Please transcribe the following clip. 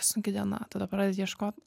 sunki diena tada pradedi ieškot